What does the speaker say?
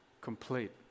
Complete